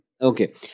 Okay